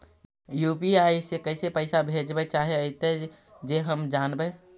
UPI से कैसे पैसा भेजबय चाहें अइतय जे हम जानबय?